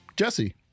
Jesse